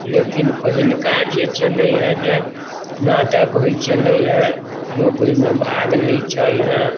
लेकिन पहिलुका जे छलै हेँ जे नाटक होइत छलै हेँ लोक ओहिमे भाग लैत छल हेँ